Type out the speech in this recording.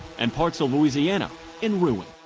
and parts of louisiana in ruin.